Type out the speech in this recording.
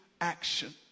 action